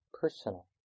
personal